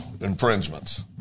infringements